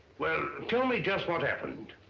well tell me just what happened.